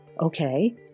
Okay